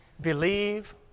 believe